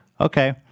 Okay